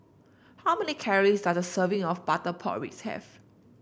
how many calories does a serving of Butter Pork Ribs have